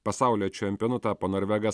pasaulio čempionu tapo norvegas